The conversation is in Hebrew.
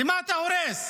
למה אתה הורס?